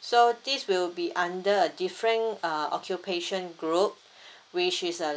so this will be under a different uh occupation group which is uh